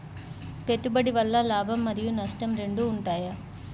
పెట్టుబడి వల్ల లాభం మరియు నష్టం రెండు ఉంటాయా?